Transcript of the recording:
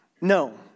No